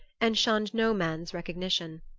and shunned no man's recognition.